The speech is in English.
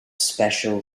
special